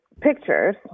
pictures